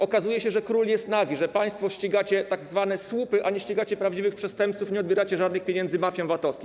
Okazuje się, że król jest nagi, że państwo ścigacie tzw. słupy, a nie ścigacie prawdziwych przestępców, nie odbieracie żadnych pieniędzy mafiom VAT-owskim.